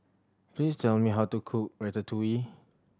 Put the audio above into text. please tell me how to cook Ratatouille